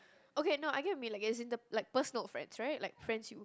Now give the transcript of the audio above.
okay no I get what you mean like as in the like personal friends right like friends you